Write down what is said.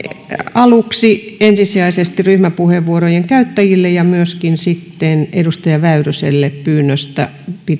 aluksi ensisijaisesti ryhmäpuheenvuorojen käyttäjille ja myöskin sitten edustaja väyryselle pyynnöstä